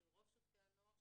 של רוב שופטי הנוער,